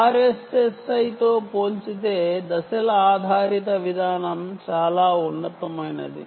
RSSI తో పోల్చితే phase ఆధారిత విధానం చాలా ఉన్నతమైనది